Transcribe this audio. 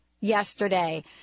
yesterday